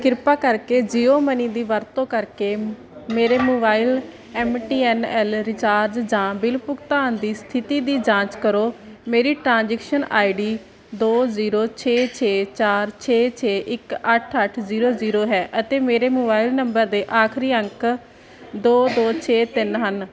ਕਿਰਪਾ ਕਰਕੇ ਜੀਓ ਮਨੀ ਦੀ ਵਰਤੋਂ ਕਰਕੇ ਮੇਰੇ mobile M T N L recharge ਜਾਂ ਬਿੱਲ ਭੁਗਤਾਨ ਦੀ ਸਥਿਤੀ ਦੀ ਜਾਂਚ ਕਰੋ ਮੇਰੀ ਟ੍ਰਾਂਜੈਕਸ਼ਨ ਆਈਡੀ ਦੋ ਜ਼ੀਰੋ ਛੇ ਛੇ ਚਾਰ ਛੇ ਛੇ ਇੱਕ ਅੱਠ ਅੱਠ ਜ਼ੀਰੋ ਜ਼ੀਰੋ ਹੈ ਅਤੇ ਮੇਰੇ ਮੋਬਾਈਲ ਨੰਬਰ ਦੇ ਆਖਰੀ ਅੰਕ ਦੋ ਦੋ ਛੇ ਤਿੰਨ ਹਨ